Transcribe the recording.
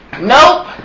Nope